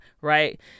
right